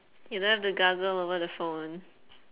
you don't have to gargle over the phone